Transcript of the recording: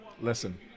Listen